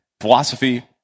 philosophy